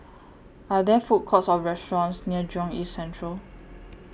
Are There Food Courts Or restaurants near Jurong East Central